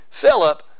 Philip